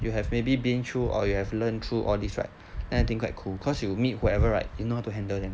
you have maybe been through or you have learned through all this right then I think quite cool cause you meet whoever right you know how to handle them